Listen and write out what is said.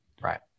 Right